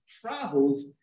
travels